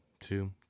two